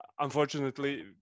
Unfortunately